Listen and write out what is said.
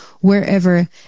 wherever